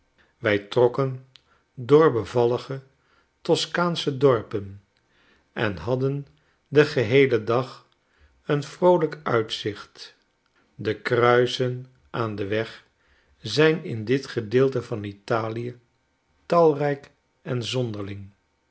wij trokken door bevallige toskaansche dorpen en hadden den geheel en dag een vroolijk uitzicht de kruisen aan den weg zyn in dit gedeelte van a i e talrijk en zonderling